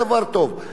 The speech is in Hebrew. אבל מה קורה?